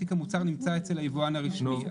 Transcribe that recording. תיק המוצר נמצא אצל היבואן הרשמי.